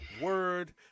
word